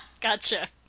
Gotcha